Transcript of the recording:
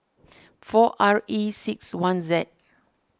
four R E six one Z